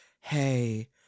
hey